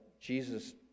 Jesus